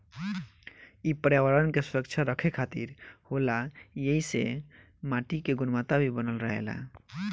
इ पर्यावरण के सुरक्षित रखे खातिर होला ऐइसे माटी के गुणवता भी बनल रहेला